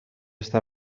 està